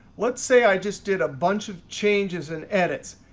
let's say i just did a bunch of changes and edits,